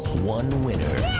one winner.